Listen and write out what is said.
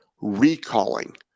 recalling